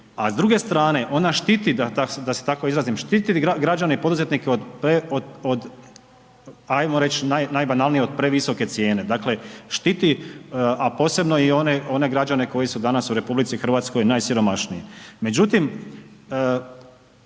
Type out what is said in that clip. a s druge strane ona štiti, da se tako izrazim, štiti građane i poduzetnike od, ajmo reć najbanalnije, od previsoke cijene, dakle, štiti, a posebno i one građane koji su danas u RH najsiromašniji.